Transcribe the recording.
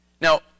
Now